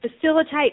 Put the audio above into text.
facilitate